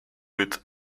with